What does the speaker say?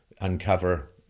uncover